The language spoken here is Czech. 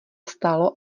stalo